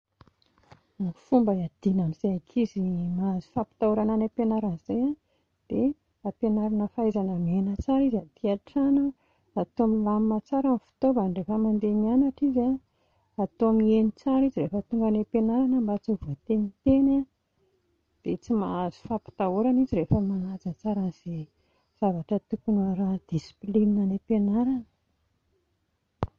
Ny fomba hiadiana amin'izay ankizy mahazo ampitahorana any am-pianarana izay a, dia ampianarina ny fahaizana miaina tsara izy aty an-trano, hatao milamina tsara ny fitaovany rehefa mandeha mianatra izy a, hatao mihaino tsara izy rehefa tonga any am-pianarana mba tsy ho voateniteny a, dia tsy mahazo fampitahorana izy rehefa manaja tsara an'izay zavatra tokony ho ara- discipline any am-pianarana